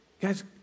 guys